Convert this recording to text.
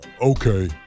Okay